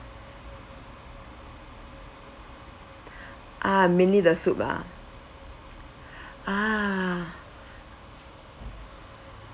ah mainly the soup lah ah